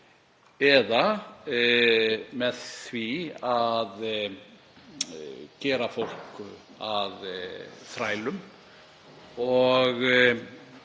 eða með því að gera fólk að þrælum.